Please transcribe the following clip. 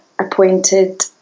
appointed